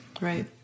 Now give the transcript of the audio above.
right